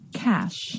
cash